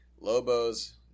Lobos